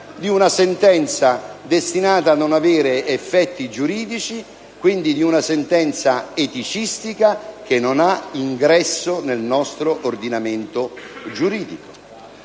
di una sentenza destinata a non avere effetti giuridici, quindi di una sentenza eticistica, che non ha ingresso nel nostro ordinamento giuridico.